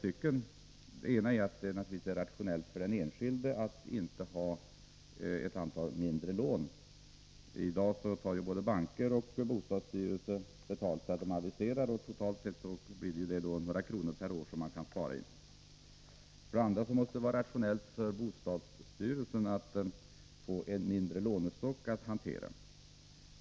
För det första är det naturligtvis rationellt för den enskilde att inte ha ett antal mindre lån. I dag tar både bankerna och bostadsstyrelsen betalt för avisering, så totalt kan man spara in några kronor per år. För det andra måste det vara rationellt för bostadsstyrelsen att ha en mindre lånestock att hantera.